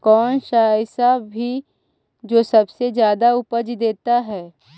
कौन सा ऐसा भी जो सबसे ज्यादा उपज देता है?